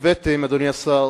אדוני השר,